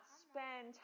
spend